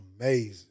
amazing